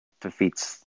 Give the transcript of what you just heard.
defeats